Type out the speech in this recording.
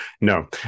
no